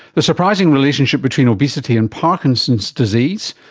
the surprising relationship between obesity and parkinson's disease.